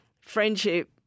friendship